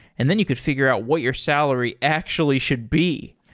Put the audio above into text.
and then you could figure out what your salary actually should be.